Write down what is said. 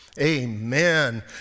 Amen